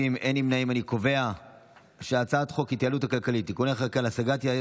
חוק ההתייעלות הכלכלית (תיקוני חקיקה להשגת יעדי